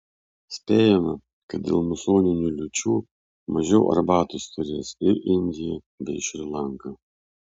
spėjama kad dėl musoninių liūčių mažiau arbatos turės ir indija bei šri lanka